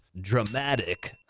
dramatic